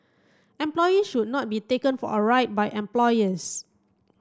employees should not be taken for a ride by employers